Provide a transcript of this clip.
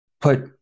put